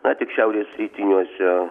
na tik šiaurės rytiniuose